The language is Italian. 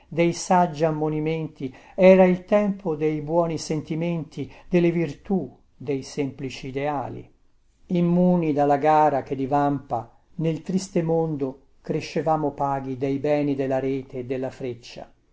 dei saggi ammonimenti era il tempo dei buoni sentimenti della virtù dei semplici ideali v immuni dalla gara che divampa nel triste mondo crescevamo paghi dei beni della rete e della freccia